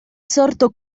sorto